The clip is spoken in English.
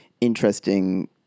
interesting